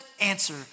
answer